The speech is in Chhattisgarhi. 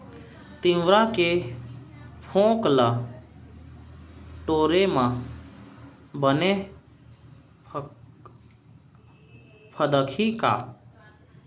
तिंवरा के फोंक ल टोरे म बने फदकही का?